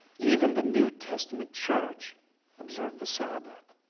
even the new testament church observed the sabbath.